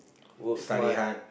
work smart